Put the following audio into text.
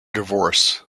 divorce